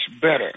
better